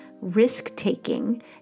risk-taking